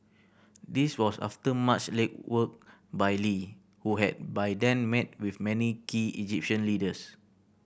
this was after much legwork by Lee who had by then met with many key Egyptian leaders